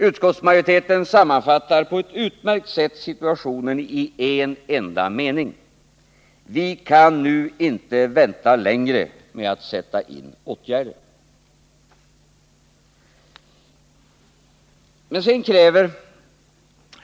Utskottsmajoriteten sammanfattar på ett utmärkt sätt situationen i en enda mening: Vi kan nu inte vänta längre med att sätta in åtgärder.